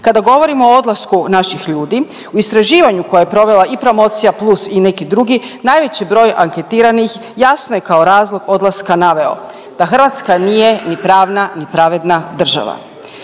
Kada govorimo o odlasku naših ljudi, u istraživanju koje je provela i Promocija plus i neki drugi, najveći broj anketiranih jasno je kao razlog odlaska naveo, da Hrvatska nije ni pravna i pravedna država.